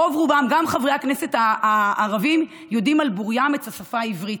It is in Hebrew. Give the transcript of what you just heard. רוב-רובם של חברי הכנסת הערבים יודעים על בוריה את השפה העברית,